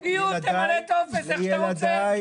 תמלא טופס כמו שאתה רוצה.